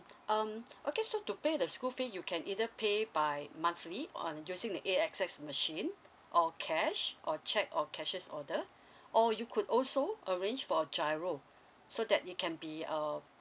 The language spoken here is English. um okay so to pay the school fee you can either pay by monthly uh using A_X_S machine or cash or cheque or cashiers order or you could also arrange for a GIRO so that it can be uh